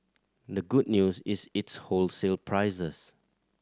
the good news is its wholesale prices